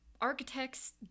architects